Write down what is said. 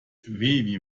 wie